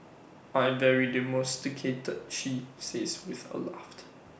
I very domesticated she says with A laughed